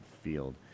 field